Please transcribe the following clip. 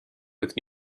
with